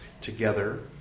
together